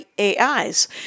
AIs